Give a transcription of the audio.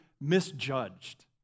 misjudged